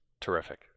Terrific